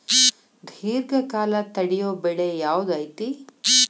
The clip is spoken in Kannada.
ದೇರ್ಘಕಾಲ ತಡಿಯೋ ಬೆಳೆ ಯಾವ್ದು ಐತಿ?